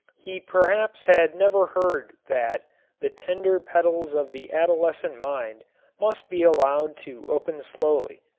he perhaps had never heard that the tender petals of the adolescent mind must be allowed to open slowly.